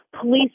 Police